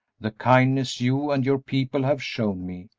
the kindness you and your people have shown me,